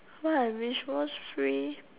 what I wish was free